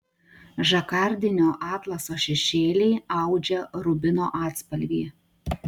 žakardinio atlaso šešėliai audžia rubino atspalvį